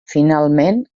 finalment